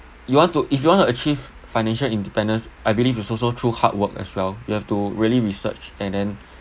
you want to if you want to achieve financial independence I believe it's also through hard work as well you have to really research and then